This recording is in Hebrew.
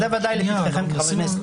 זה ודאי לפניכם כחברי כנסת.